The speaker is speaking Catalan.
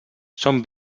són